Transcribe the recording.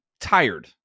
tired